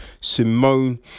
Simone